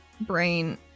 brain